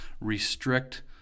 restrict